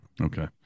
Okay